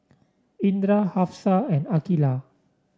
Indra Hafsa and Aqeelah